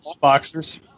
boxers